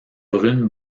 brunes